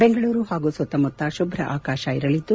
ಬೆಂಗಳೂರು ಹಾಗೂ ಸುತ್ತಮುತ್ತ ಶುಭ್ ಆಕಾಶ ಇರಲಿದ್ದು